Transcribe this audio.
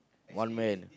one man